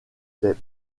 des